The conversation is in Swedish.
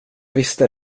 visste